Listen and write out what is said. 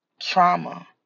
Trauma